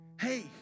Hey